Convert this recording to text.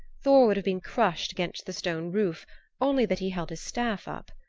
thor would have been crushed against the stone roof only that he held his staff up.